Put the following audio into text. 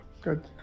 Good